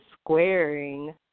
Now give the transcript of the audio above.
squaring